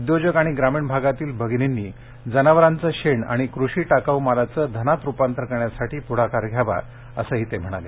उद्योजक आणि ग्रामीण भागातील भगिनींनी जनावरांचं शेण आणि क्रेषी टाकाऊ मालाचं धनात रुपांतर करण्यासाठी प्ढाकार घ्यावा असं ते म्हणाले